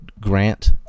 Grant